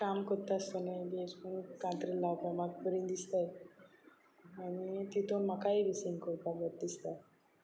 काम करता आसतनाय बी अशें करून कातरां लावपाक म्हाका बरीं दिसतात आनी तातूंत म्हाकाय बी सिंगीग करपाक बरें दिसता